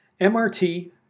MRT